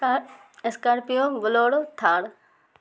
Scorpio Bolero Thar